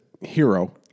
hero